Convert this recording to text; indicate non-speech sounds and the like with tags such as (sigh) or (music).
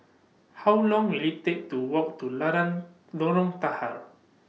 How Long Will IT Take to Walk to (unintelligible) Lorong Tahar